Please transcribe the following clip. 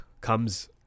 comes